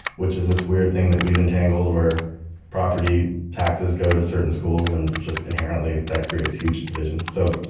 which is this weird thing that we've entangled where property taxes go to certain schools, and just inherently that creates huge divisions. so,